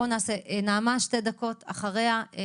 נעמה שתי דקות ואחריה נעה.